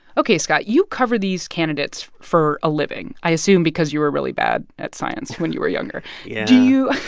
ok, scott, you cover these candidates for a living, i assume because you were really bad at science when you were younger yeah do you